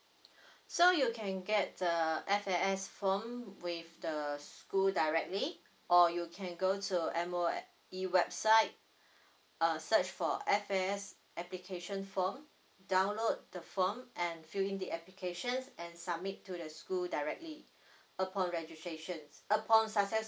so you can get the F_A_S form with the school directly or you can go to M_O_E website uh search for F_A_S application form download the form and fill in the applications and submit to the school directly upon registrations upon successful